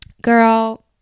Girl